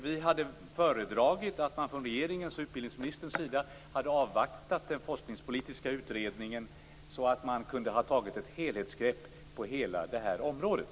Vi hade föredragit att man från regeringens och utbildningsministerns sida hade avvaktat den forskningspolitiska utredningen så att man kunde ha tagit ett helhetsgrepp på hela det här området.